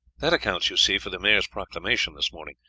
that accounts, you see, for the maire's proclamation this morning.